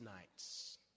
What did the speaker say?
nights